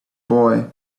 boy